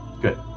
good